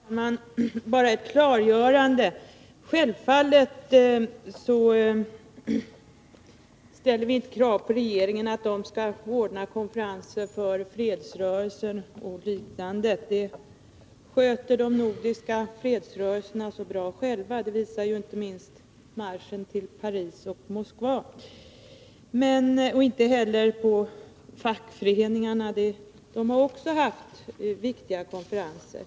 Nr 31 Herr talman! Bara ett klargörande. Självfallet kräver vi inte att regeringen Måndagen den skall ordna konferenser för fredsrörelsen. Det sköter de nordiska fredsrö 22 november 1982 relserna så bra själva — det visar inte minst marschen till Paris och Moskva. När det gäller fackföreningarna har de också haft viktiga konferenser.